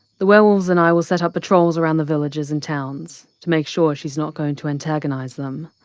the werewolves and i will set up patrols around the villages and towns, to make sure she's not going to antagonize them.